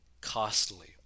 costly